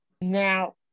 Now